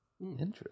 Interesting